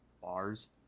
bars